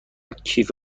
کیف